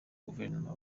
guverinoma